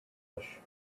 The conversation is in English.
bush